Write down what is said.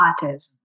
autism